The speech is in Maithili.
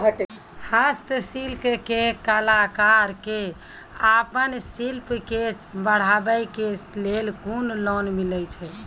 हस्तशिल्प के कलाकार कऽ आपन शिल्प के बढ़ावे के लेल कुन लोन मिलै छै?